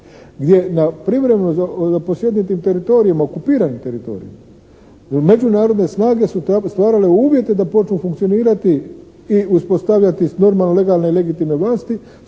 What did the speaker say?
gdje na privremeno zaposjednutim teritorijima, okupiranim teritorijima međunarodne snage su tamo stvarale uvjete da počnu funkcionirati i uspostavljati normalne legalne i legitimne vlasti